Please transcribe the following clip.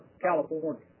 California